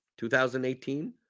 2018